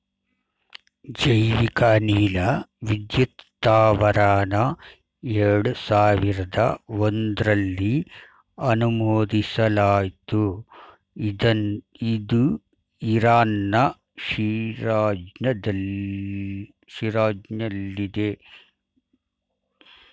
ಜೈವಿಕ ಅನಿಲ ವಿದ್ಯುತ್ ಸ್ತಾವರನ ಎರಡು ಸಾವಿರ್ದ ಒಂಧ್ರಲ್ಲಿ ಅನುಮೋದಿಸಲಾಯ್ತು ಇದು ಇರಾನ್ನ ಶಿರಾಜ್ನಲ್ಲಿದೆ